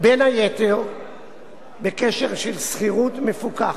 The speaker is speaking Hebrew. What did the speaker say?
בין היתר בקשר של שכירות מפוקחת.